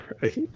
right